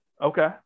Okay